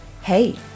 Hey